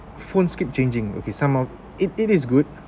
phones keep changing okay some of it it is good